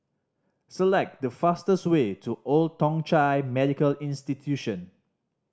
select the fastest way to Old Thong Chai Medical Institution